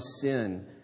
sin